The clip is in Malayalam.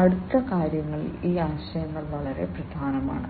അടുത്ത കാര്യങ്ങളിൽ ഈ ആശയങ്ങൾ വളരെ പ്രധാനമാണ്